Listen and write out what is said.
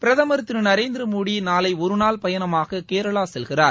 பிரதமர் திரு நரேந்திரமோடி நாளை ஒருநாள் பயணமாக கேரளா செல்கிறார்